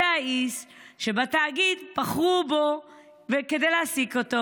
זה האיש שבתאגיד בחרו להעסיק אותו,